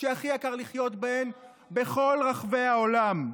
שהכי יקר לחיות בהן בכל רחבי העולם.